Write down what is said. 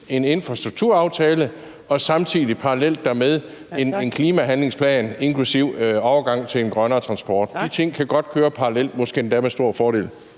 en infrastrukturaftale og en klimahandlingsplan inklusive overgangen til en grønnere transport. De ting kan godt køre parallelt og måske endda med stor fordel.